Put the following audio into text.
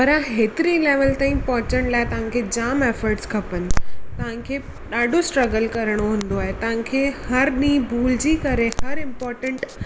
पर एतिरी लेवल ताईं पहुचण लाइ तव्हां जाम एफट्स खपनि तव्हांखे ॾाढो स्ट्रगल करिणो हूंदो आहे तव्हांखे हर ॾींहं भुलजी करे हर इंपोटैंट